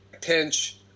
pinch